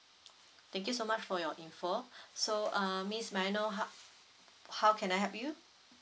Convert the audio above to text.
thank you so much for your info so uh miss may I know how how can I help you